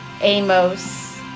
Amos